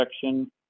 section